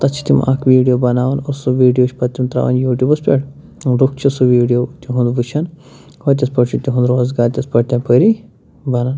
تَتھ چھِ تِم اَکھ ویٖڈیو بناوان اور سُہ ویٖڈیو چھِ پتہٕ تِم ترٛاوان یوٗٹیوٗبَس پٮ۪ٹھ چھِ سُہ ویٖڈیو تِہُنٛد وٕچھان گوٚو تِتھۍ پٲٹھۍ چھِ تِہُنٛد روزگار تِتھۍ پٲٹھۍ تَپٲری بَنان